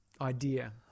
idea